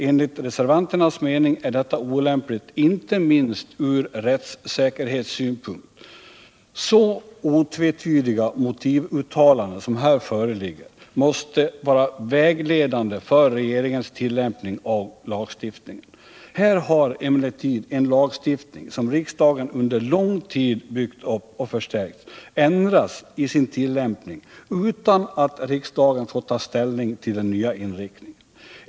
Enligt reservanternas mening är detta olämpligt inte minst från rättssäkerhetssynpunkt. Så otvetydiga motivuttalanden som här föreligger måste vara vägledande för regeringens tillämpning av lagstiftningen. Här har emellertid en lagstiftning, som riksdagen under lång tid byggt upp och förstärkt, ändrats i sin tillämpning utan att riksdagen fått ta ställning till den nya inriktningen.